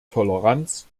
toleranz